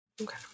Okay